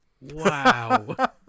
Wow